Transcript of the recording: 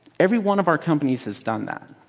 every one of our companies has done that.